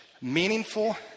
meaningful